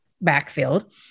backfield